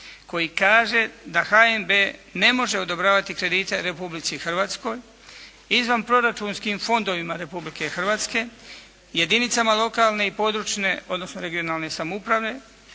koji kaže da HNB ne može odobravati kredite Republici Hrvatskoj, izvanproračunskim fondovima Republike Hrvatske, jedinicama lokalne i područne odnosno regionalne samouprave,